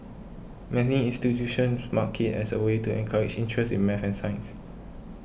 many institutions mark it as a way to encourage interest in math and science